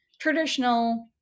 traditional